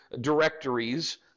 directories